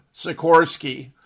Sikorsky